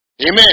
Amen